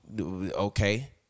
Okay